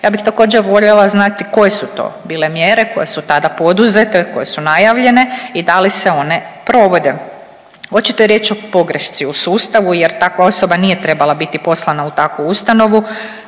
Ja bih također voljela znati koje su to bile mjere koje su tada poduzete, koje su najavljene i da li se one provode. Očito je riječ o pogrešci u sustavu jer takva osoba nije trebala biti poslana u takvu ustanovu,